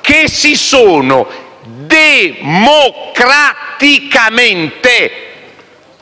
- che si sono democraticamente